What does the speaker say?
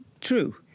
true